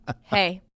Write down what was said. hey